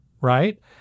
Right